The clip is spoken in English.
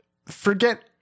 Forget